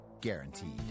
guaranteed